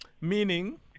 meaning